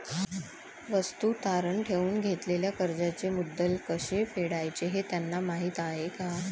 वस्तू तारण ठेवून घेतलेल्या कर्जाचे मुद्दल कसे फेडायचे हे त्यांना माहीत आहे का?